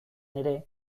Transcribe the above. ere